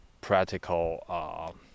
practical